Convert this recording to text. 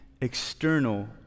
external